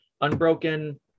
Unbroken